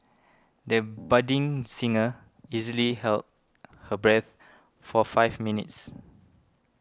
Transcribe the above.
the budding singer easily held her breath for five minutes